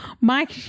Mike